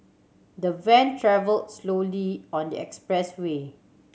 the van travelled slowly on the expressway